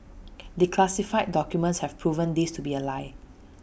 declassified documents have proven this to be A lie